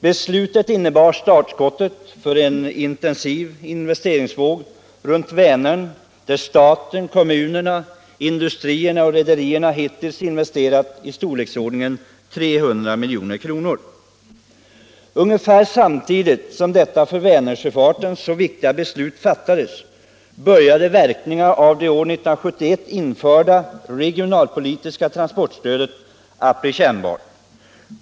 Beslutet innebar startskottet för en intensiv investeringsvåg runt Vänern där staten, kommunerna, industrierna och rederierna hittills har investerat i storleksordningen 300 milj.kr. Ungefär samtidigt som detta för Vänersjöfarten så viktiga beslut fattades började verkningarna av det år 1971 införda regionalpolitiska transportstödet att bli kännbara.